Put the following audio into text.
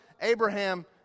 Abraham